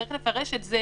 צריך לפרש את זה